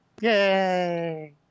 Yay